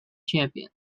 champion